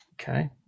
Okay